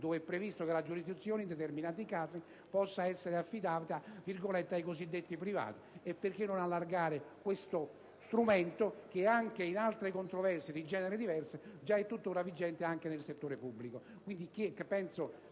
in essa previsto che la giurisdizione, in alcuni casi, possa essere affidata ai cosiddetti privati. Perché non allargare questo strumento, che per controversie di genere diverso è tuttora vigente, anche al settore pubblico?